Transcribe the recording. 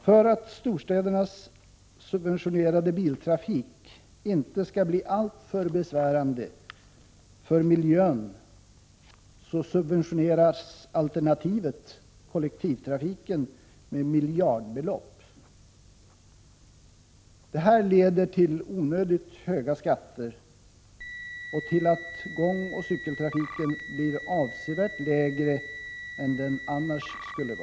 För att storstädernas subventionerade biltrafik inte skall bli alltför besvärande för miljön, subventioneras alternativet kollektivtrafiken med miljardbelopp. Detta leder till onödigt höga skatter och till att gångoch cykeltrafiken får en avsevärt lägre omfattning än den annars skulle ha.